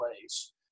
ways